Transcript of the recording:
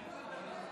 היום הזה,